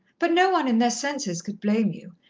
but no one in their senses could blame you,